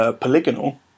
Polygonal